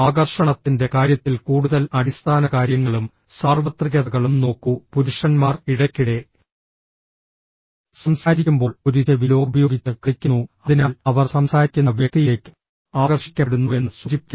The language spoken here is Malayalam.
ആകർഷണത്തിന്റെ കാര്യത്തിൽ കൂടുതൽ അടിസ്ഥാനകാര്യങ്ങളും സാർവത്രികതകളും നോക്കൂ പുരുഷന്മാർ ഇടയ്ക്കിടെ സംസാരിക്കുമ്പോൾ ഒരു ചെവി ലോബ് ഉപയോഗിച്ച് കളിക്കുന്നു അതിനാൽ അവർ സംസാരിക്കുന്ന വ്യക്തിയിലേക്ക് ആകർഷിക്കപ്പെടുന്നുവെന്ന് സൂചിപ്പിക്കുന്നു